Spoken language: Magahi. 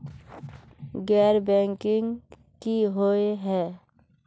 गैर बैंकिंग की हुई है?